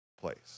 place